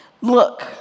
Look